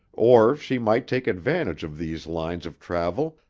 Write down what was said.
or she might take advantage of these lines of travel,